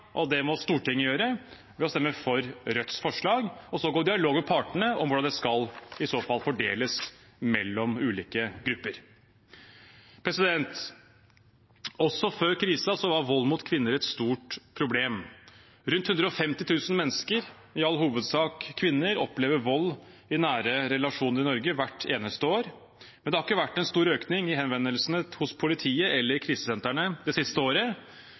og det må Stortinget gjøre – ved å stemme for Rødts forslag – og så gå i dialog med partene om hvordan det i så fall skal fordeles mellom ulike grupper. Også før krisen var vold mot kvinner et stort problem. Rundt 150 000 mennesker i Norge, i all hovedsak kvinner, opplever vold i nære relasjoner hvert eneste år, men det har ikke vært en stor økning i henvendelsene hos politiet eller krisesentrene det siste året.